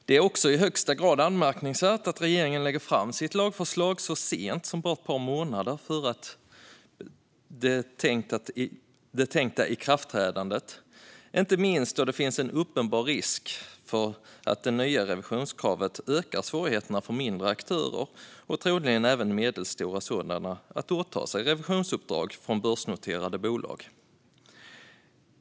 Det är också i högsta grad anmärkningsvärt att regeringen lägger fram sitt lagförslag så sent som bara ett par månader före det tänkta ikraftträdandet, inte minst då det finns en uppenbar risk för att det nya revisionskravet ökar svårigheten för mindre aktörer, och troligen även medelstora sådana, att åta sig revisionsuppdrag från börsnoterade bolag.